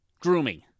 grooming